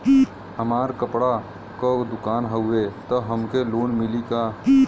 हमार कपड़ा क दुकान हउवे त हमके लोन मिली का?